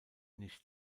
nicht